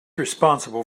responsible